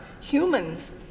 humans